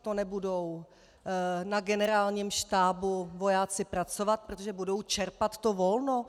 To nebudou na Generálním štábu vojáci pracovat, protože budou čerpat volno?